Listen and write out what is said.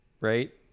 right